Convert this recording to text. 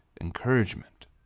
encouragement